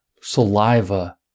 Saliva